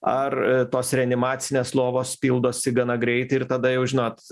ar tos reanimacinės lovos pildosi gana greit ir tada jau žinot